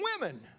women